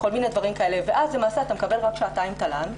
ואז אתה מקבל רק שעתיים תל"ן,